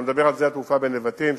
אתה מדבר על שדה התעופה בנבטים,